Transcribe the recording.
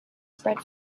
spread